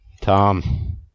Tom